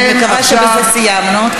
אני מקווה שבזה סיימנו.